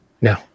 No